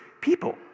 people